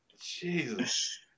jesus